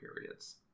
periods